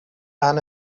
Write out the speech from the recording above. aan